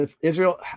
Israel